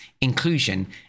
inclusion